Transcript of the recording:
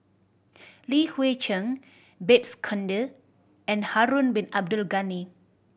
Li Hui Cheng Babes Conde and Harun Bin Abdul Ghani